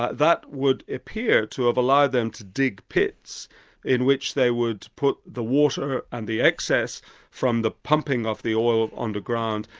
ah that would appear to have allowed them to dig pits in which they would put the water and the excess from the pumping of the oil on the ground,